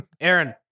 Aaron